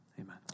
amen